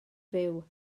fyw